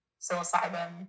psilocybin